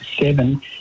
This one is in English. seven